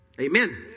Amen